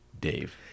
Dave